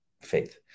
faith